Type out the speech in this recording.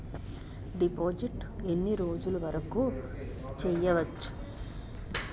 డిపాజిట్లు ఎన్ని రోజులు వరుకు చెయ్యవచ్చు?